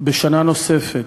בשנה נוספת,